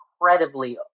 incredibly